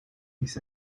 his